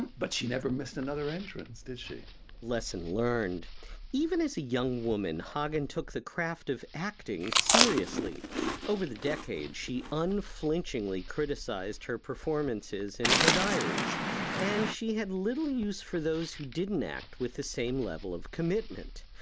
but she never missed another entrance did she lesson learned even as a young woman hagen took the craft of acting seriously over the decade. she unflinchingly criticized her performances in her diaries and she had little use for those who didn't act with the same level of commitment.